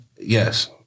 yes